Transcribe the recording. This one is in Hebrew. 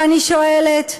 ואני שואלת: